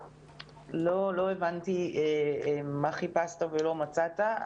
לא, לא הבנתי מה חיפשת ולא מצאת.